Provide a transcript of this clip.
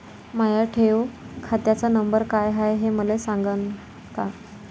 माया ठेव खात्याचा नंबर काय हाय हे मले सांगान का?